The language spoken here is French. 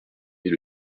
est